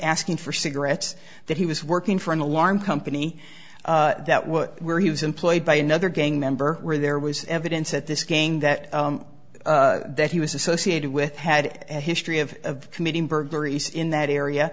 asking for cigarettes that he was working for an alarm company that would where he was employed by another gang member where there was evidence that this gang that that he was associated with had an history of committing burglaries in that area